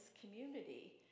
community